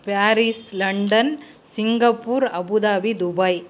Paris London Singapore Abu Dhabi Dubai